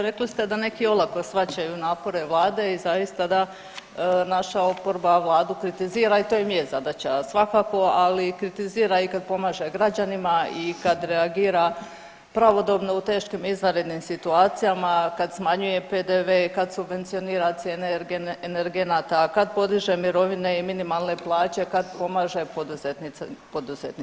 Rekli ste da neki olako shvaćaju napore vlade i zaista da naša oporba vladu kritizira i to im je zadaća svakako, ali i kritizira i kad pomaže građanima i kad reagira pravodobno u teškim izvanrednim situacijama, kad smanjuje PDV, kad subvencionira cijene energenata, kad podiže mirovine i minimalne plaže, kad pomaže poduzetnicima.